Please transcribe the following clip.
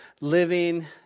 living